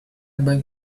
beg